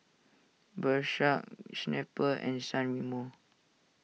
Snapple and San Remo